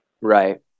right